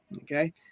Okay